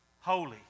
Holy